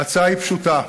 ההצעה היא פשוטה: